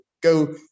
go